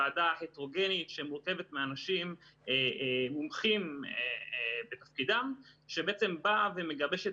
ועדה הטרוגנית שמורכבת מאנשים מומחים בתפקידם שבעצם באה ומגבשת,